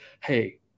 Hey